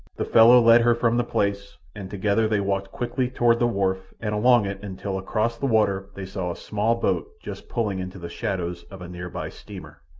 the fellow led her from the place, and together they walked quickly toward the wharf and along it until across the water they saw a small boat just pulling into the shadows of a near-by steamer.